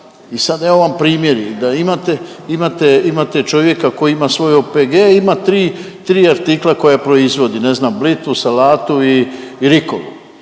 I sad evo vam primjeri da imate, imate čovjeka koji ima svoj OPG i ima tri, tri artikla koja proizvodi, ne znam blitvu, salatu i rikulu